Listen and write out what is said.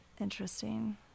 Interesting